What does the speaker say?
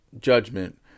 judgment